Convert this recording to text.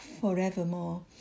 forevermore